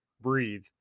breathe